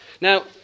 Now